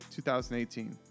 2018